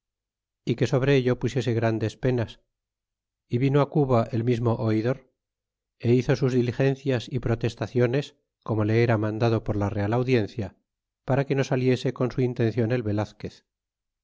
y que sobre ello pusiese grandes penas e vino á cuba el mismo oidor y hizo sus diligencias y protestaciones como le era mandado por la real audiencia para que no saliese con su intencion el velazquez